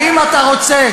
האם אתה רוצה,